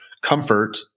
comfort